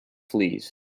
fleas